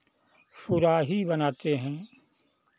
सुराही बनाते हैं